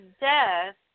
death